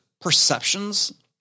perceptions